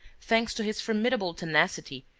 thanks to his formidable tenacity,